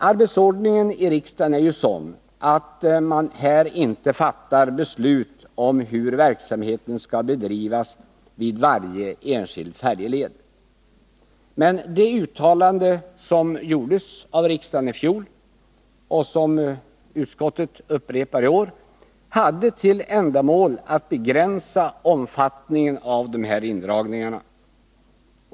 Arbetsordningen är ju sådan här i riksdagen att man inte fattar beslut om hur verksamheten skall bedrivas vid varje enskild färjeled. Men det uttalande som gjordes av riksdagen i fjol, och som utskottet upprepar i år, hade till ändamål att begränsa omfattningen av dessa indragningar.